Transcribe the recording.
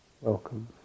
Welcome